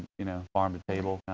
you know, farm to table.